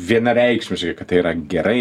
vienareikšmiškai kad tai yra gerai